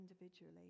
individually